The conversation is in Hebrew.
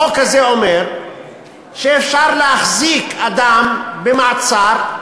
החוק הזה אומר שאפשר להחזיק אדם במעצר,